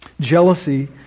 Jealousy